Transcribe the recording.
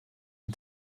and